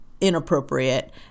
inappropriate